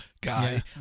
guy